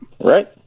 Right